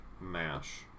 MASH